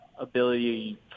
ability